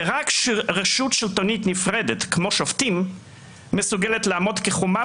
ורק רשות שלטונית נפרדת כמו שופטים מסוגלת לעמוד כחומה